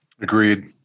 Agreed